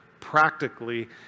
Practically